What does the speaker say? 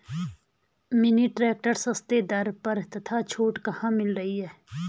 Mini tractor सस्ते दर पर तथा छूट कहाँ मिल रही है?